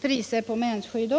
priser på mensskydd.